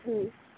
ம்